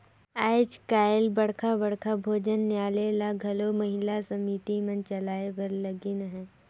आएज काएल बड़खा बड़खा भोजनालय ल घलो महिला समिति मन चलाए बर लगिन अहें